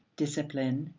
discipline,